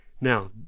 now